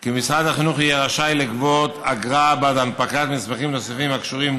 כי משרד החינוך יהיה רשאי לגבות אגרה בעד הנפקת מסמכים נוספים הקשורים